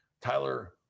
Tyler